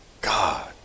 God